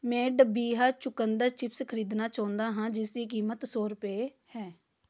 ਮੈਂ ਡਬੀਹਾ ਚੁਕੰਦਰ ਚਿਪਸ ਖਰੀਦਣਾ ਚਾਹੁੰਦਾ ਹਾਂ ਜਿਸ ਦੀ ਕੀਮਤ ਸੌ ਰੁਪਏ ਹੈ